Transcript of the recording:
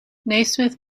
naismith